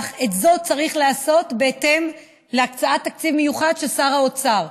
אך את זאת צריך לעשות בהתאם להקצאת תקציב מיוחד של שר האוצר.